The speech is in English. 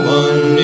one